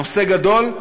נושא גדול,